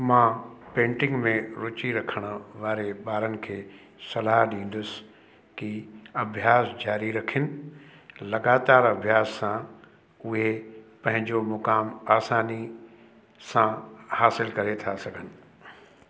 मां पेंटींग में रुची रखण वारे ॿारनि खे सलाहु ॾींदुसि की अभ्यास जारी रखनि लॻातार अभ्यास सां उहे पंहिंजो मुक़ाम आसानी सां हासिलु करे था सघनि